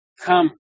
come